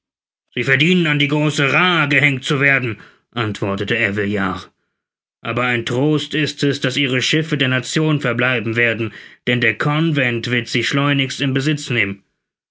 sie verdienen an die große raa gehängt zu werden antwortete ervillard aber ein trost ist es daß ihre schiffe der nation verbleiben werden denn der convent wird sie schleunigst in besitz nehmen